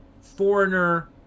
foreigner